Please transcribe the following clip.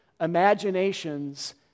imaginations